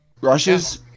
rushes